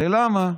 ולמה?